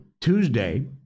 Tuesday